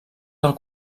del